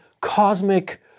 cosmic